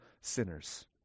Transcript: sinners